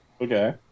Okay